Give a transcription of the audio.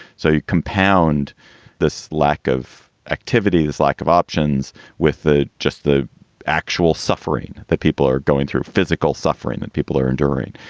so you compound this lack of activities, lack of options with just the actual suffering that people are going through, physical suffering that people are enduring.